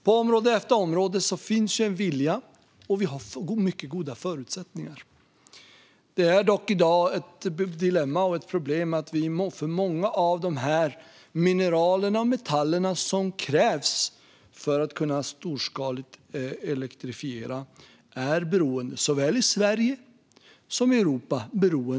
På område efter område finns alltså en vilja, och vi har mycket goda förutsättningar. Det är dock i dag ett dilemma och ett problem att många av de mineraler och metaller som krävs för att kunna elektrifiera storskaligt är beroende av import, såväl i Sverige som i Europa.